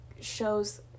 shows